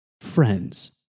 Friends